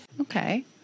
Okay